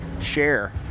Share